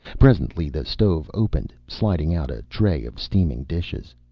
presently the stove opened, sliding out a tray of steaming dishes.